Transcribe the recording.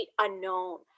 unknown